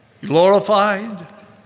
glorified